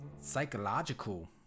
psychological